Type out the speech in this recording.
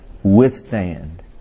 withstand